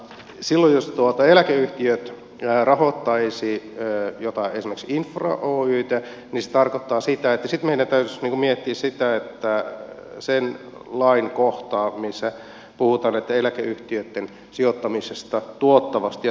silloin jos eläkeyhtiöt rahoittaisivat esimerkiksi infra oytä niin se tarkoittaa sitä että sitten meidän täytyisi miettiä sitä lainkohtaa missä puhutaan näitten eläkeyhtiöitten sijoittamisesta tuottavasti ja turvaavasti